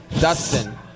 Dustin